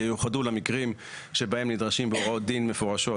ייחודו למקרים שבהם נדרשים בהוראות דין מפורשות,